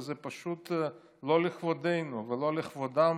וזה פשוט לא לכבודנו ולא לכבודם